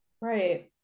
Right